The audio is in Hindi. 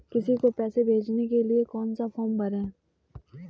किसी को पैसे भेजने के लिए कौन सा फॉर्म भरें?